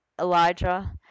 Elijah